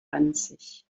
ranzig